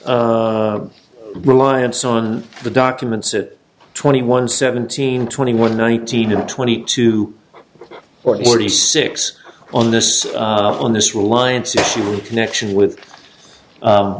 reliance on the documents that twenty one seventeen twenty one nineteen and twenty two or forty six on this on this reliance connection with